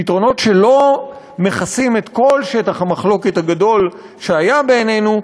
פתרונות שלא מכסים את כל שטח המחלוקת הגדול שהיה בינינו,